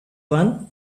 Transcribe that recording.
one